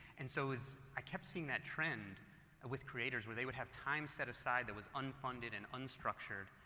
and so as i kept seeing that trend with creators, where they would have time set aside that was unfunded and unstructured,